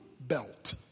belt